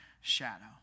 shadow